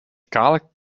kale